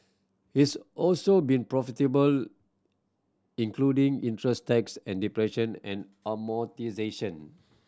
it's also been profitable including interest tax and depression and amortisation